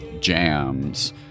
jams